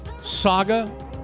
saga